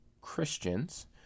Christians